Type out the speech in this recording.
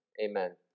amen